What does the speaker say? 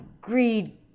greed